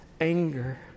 anger